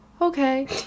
Okay